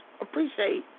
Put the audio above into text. appreciate